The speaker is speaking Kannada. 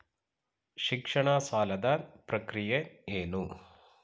ಶಿಕ್ಷಣ ಸಾಲದ ಪ್ರಕ್ರಿಯೆ ಏನು?